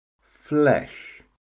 Flesh